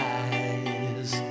eyes